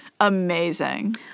Amazing